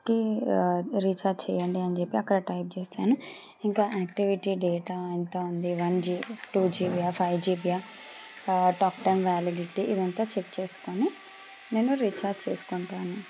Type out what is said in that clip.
క రీఛార్జ్ చేయండి అని చెప్పి అక్కడ టైప్ చేస్తాను ఇంకా యాక్టివిటీ డేటా ఎంత ఉంది వన్ జీ టూ జీ బీ యా ఫైవ్ జీ బీ యా టాక్ టైమ్ వ్యాలిడిటీ ఇదంతా చెక్ చేసుకొని నేను రీఛార్జ్ చేసుకుంటాను